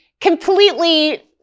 completely